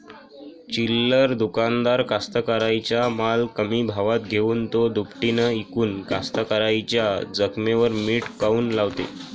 चिल्लर दुकानदार कास्तकाराइच्या माल कमी भावात घेऊन थो दुपटीनं इकून कास्तकाराइच्या जखमेवर मीठ काऊन लावते?